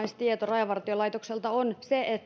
rajavartiolaitokselta on että